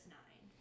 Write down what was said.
nine